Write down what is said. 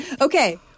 Okay